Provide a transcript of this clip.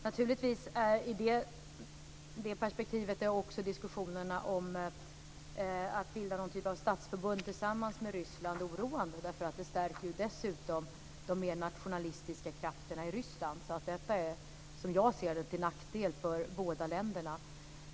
Naturligtvis är i det perspektivet också diskussionerna om att bilda någon typ av statsförbund tillsammans med Ryssland oroande. De stärker dessutom de mer nationalistiska krafterna i Ryssland. Detta är, som jag ser det, till nackdel för båda länderna.